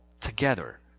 together